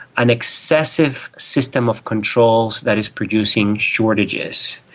an excessive system of controls that is producing shortages.